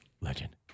legend